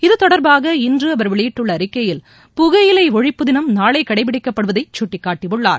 இது தொடர்பாக இன்று அவர் வெளியிட்டுள்ள அறிக்கையில் புகையிலை ஒழிப்புதினம் நாளை கடைபிடிக்கப்படுவதை சுட்டிக்காட்டியுள்ளார்